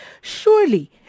surely